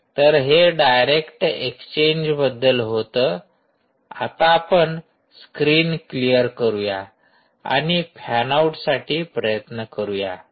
तर हे डायरेक्ट एक्सचेंजबद्दल होतं आता आपण स्क्रीन क्लिअर करूया आणि फॅन आऊटसाठी प्रयत्न करूया